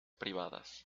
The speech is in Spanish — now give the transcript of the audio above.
privadas